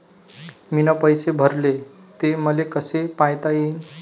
मीन पैसे भरले, ते मले कसे पायता येईन?